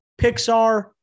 pixar